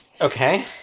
Okay